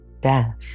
Death